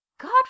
god